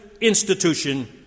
institution